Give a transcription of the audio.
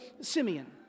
Simeon